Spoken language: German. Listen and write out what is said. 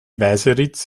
weißeritz